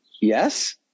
Yes